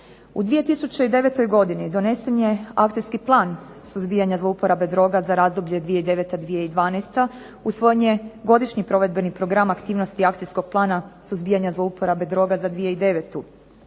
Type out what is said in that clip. U 2009. godini donesen je akcijski plan suzbijanja zlouporabe droga za razdoblje 2009.-2012., usvojen je godišnji provedbeni program aktivnosti akcijskog plana suzbijanja zlouporabe droga za 2009.